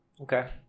Okay